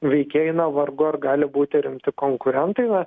veikėjai na vargu ar gali būti rimti konkurentai na